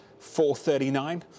439